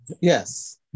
Yes